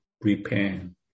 repent